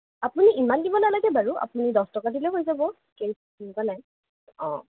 আপুনি ইমান দিব নালাগে বাৰু আপুনি দহ টকা দিলেই হৈ যাব কেছ তেনেকুৱা নাই অঁ